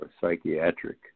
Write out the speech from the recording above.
psychiatric